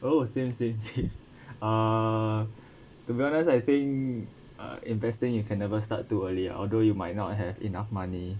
oh same same same uh to be honest I think uh investing you can never start too early although you might not have enough money